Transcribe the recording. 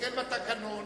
יסתכל בתקנון,